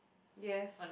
yes